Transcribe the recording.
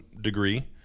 degree